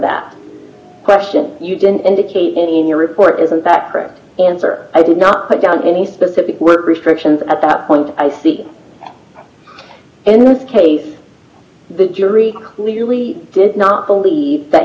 that question you didn't indicate any in your report isn't that correct answer i did not put down any specific restrictions at that point i see in this case the jury clearly does not believe that